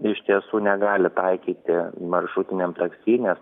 iš tiesų negali taikyti maršrutiniam taksi nes